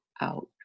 out